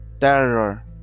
terror